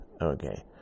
Okay